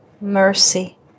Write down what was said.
mercy